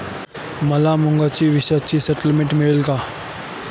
मला मागच्या वर्षीचे स्टेटमेंट मिळेल का?